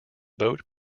boat